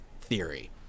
theory